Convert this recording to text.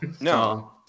No